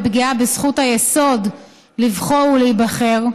בפגיעה בזכות היסוד לבחור ולהיבחר,